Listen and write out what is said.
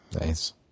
Nice